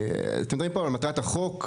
אתם מדברים פה על מטרת החוק,